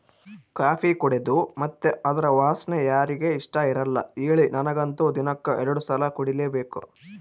coffee ಕುಡೇದು ಮತ್ತೆ ಅದರ ವಾಸನೆ ಯಾರಿಗೆ ಇಷ್ಟಇರಲ್ಲ ಹೇಳಿ ನನಗಂತೂ ದಿನಕ್ಕ ಎರಡು ಸಲ ಕುಡಿಲೇಬೇಕು